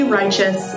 righteous